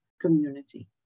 community